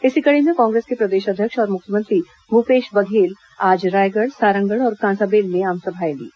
इसी कड़ी में कांग्रेस के प्रदेश अध्यक्ष और मुख्यमंत्री भूपेश बघेल आज रायगढ़ सारंगढ़ और कांसाबेल में आमसभाएं लीं